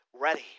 ready